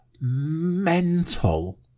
mental